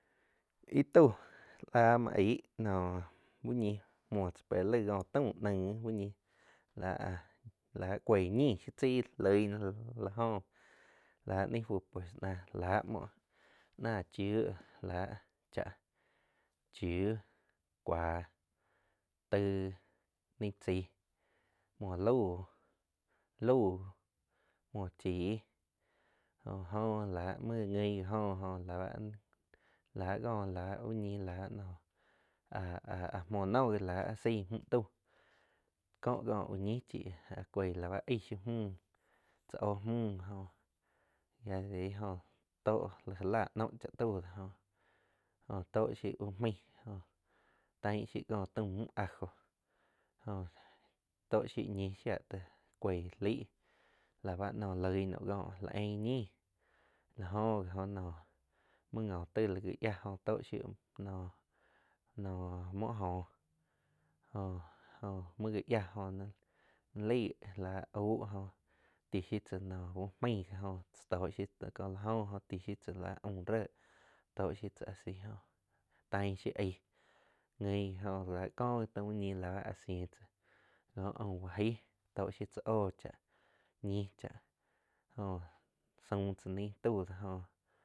Íh tau láh muo aig noh úh ñi muoh tzá pé laig kóh ko taum nain úh ñi lá áhh cuoih ñin shiu tzai loig náh la óh lá ni fu pues náh lah muoh na chiu láh cháh chiu cuah taig ni chaig muo laug lau muoh chih jo oh la muo já guin la oh la ko la uh ñi áh-áh muo no gí áh seig mju tau kó có úh ñi chii áh coig la bá eig shiu mju cha oh mju jo ya de ahí jóh tóh la já láh noh tau do jó jo tó shiu úh maij jóh tain shiu có taum muh ajo jo tó shiu ñi shia teij coig laig la ba loig naum kó láh eing ñin la jó gi oh nóh mou njo tai li gha yia to shiu no-no muoj njóh jo-jo muo gáh yiah jo nai lai láh au jo ti shiu tzáh no úh maing, njo cha tó shiu chaa tó shiu la njo oh cha tóh shiú áh aum réh tó shiu tsá a si taing shiu aig guin gi oh la jó ko úh ñi láh áh siin tzá kó aun bajai tóh shiú tzá oh chaa ñii chaa jó saum tzá ni tau jóh